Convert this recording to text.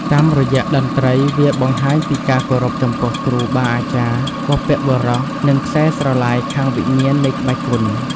តាមរយៈតន្រី្តវាបង្ហាញពីការគោរពចំពោះគ្រូបាអាចារ្យ បុព្វបុរស និងខ្សែស្រឡាយខាងវិញ្ញាណនៃក្បាច់គុន។